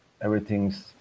Everything's